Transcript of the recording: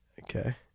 Okay